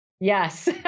Yes